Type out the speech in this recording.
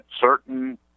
certain